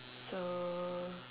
so